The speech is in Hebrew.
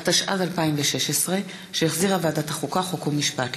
התשע"ז 2016, שהחזירה ועדת החוקה, חוק ומשפט.